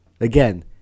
Again